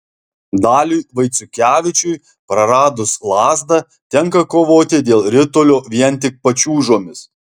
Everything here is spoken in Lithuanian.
daliui vaiciukevičiui praradus lazdą tenka kovoti dėl ritulio vien tik pačiūžomis